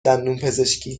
دندونپزشکی